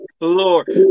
Lord